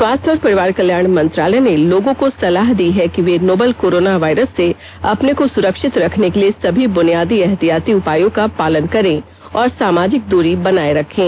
स्वास्थ्य और परिवार कल्याण मंत्रालय ने लोगों को सलाह दी है कि वे नोवल कोरोना वायरस से अपने को सुरक्षित रखने के लिए सभी बुनियादी एहतियाती उपायों का पालन करें और सामाजिक दूरी बनाए रखें